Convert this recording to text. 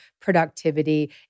productivity